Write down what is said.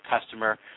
customer